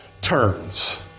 turns